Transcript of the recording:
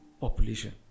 population